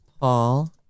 Paul